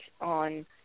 on –